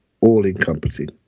all-encompassing